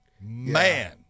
Man